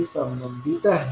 शी संबंधित आहेत